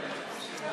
מבנייה, לשנת